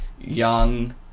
young